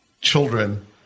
children